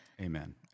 Amen